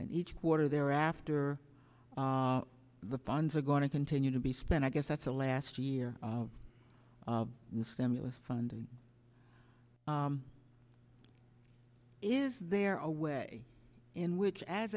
and each quarter thereafter the fans are going to continue to be spent i guess that's the last year new stimulus funding is there a way in which as